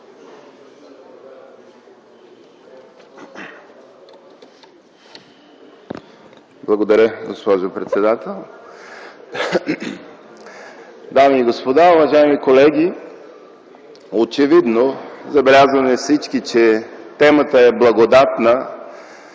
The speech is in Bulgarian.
Благодаря, госпожо председател. Дами и господа, уважаеми колеги, очевидно всички забелязваме, че темата е благодатна